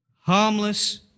harmless